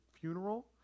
funeral